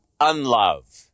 unlove